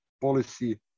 policy